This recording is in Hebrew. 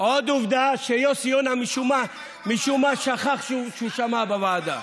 עוד עובדה שיוסי יונה משום מה שכח שהוא שמע בוועדה.